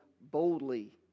boldly